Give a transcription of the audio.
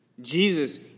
Jesus